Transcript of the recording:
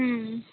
ம்